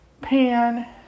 pan